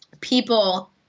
people